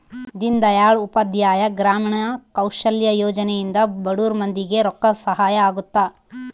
ದೀನ್ ದಯಾಳ್ ಉಪಾಧ್ಯಾಯ ಗ್ರಾಮೀಣ ಕೌಶಲ್ಯ ಯೋಜನೆ ಇಂದ ಬಡುರ್ ಮಂದಿ ಗೆ ರೊಕ್ಕ ಸಹಾಯ ಅಗುತ್ತ